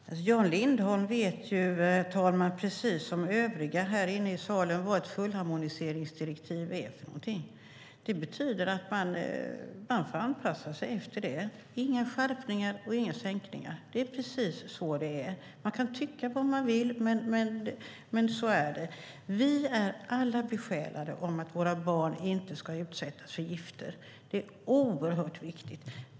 Herr talman! Jan Lindholm vet ju, precis som övriga här inne i salen, vad ett fullharmoniseringsdirektiv är. Det betyder att man får anpassa sig efter det. Det är inga skärpningar och inga sänkningar. Det är precis så det är. Man kan tycka vad man vill, men så är det. Vi är alla besjälade av att våra barn inte ska utsättas för gifter. Det är oerhört viktigt.